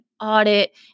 audit